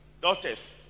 daughters